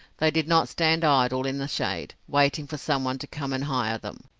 they did not stand idle in the shade, waiting for someone to come and hire them.